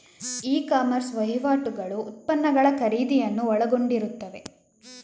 E commerce ವಹಿವಾಟುಗಳು ಉತ್ಪನ್ನಗಳ ಖರೀದಿಯನ್ನು ಒಳಗೊಂಡಿರುತ್ತವೆ